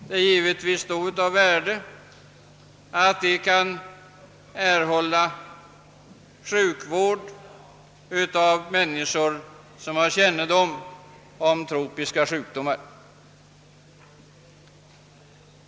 Det är då av värde att de kan erhålla sjukvård av personer som känner till tropiska sjukdomar.